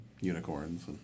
unicorns